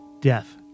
death